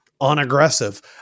unaggressive